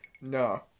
No